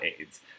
AIDS